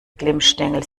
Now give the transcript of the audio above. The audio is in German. glimmstängel